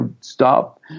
stop